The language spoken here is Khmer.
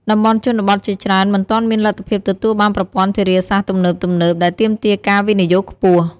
តំបន់ជនបទជាច្រើនមិនទាន់មានលទ្ធភាពទទួលបានប្រព័ន្ធធារាសាស្ត្រទំនើបៗ ដែលទាមទារការវិនិយោគខ្ពស់។